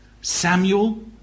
Samuel